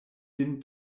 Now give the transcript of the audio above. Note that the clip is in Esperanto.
vin